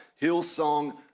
Hillsong